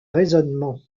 raisonnement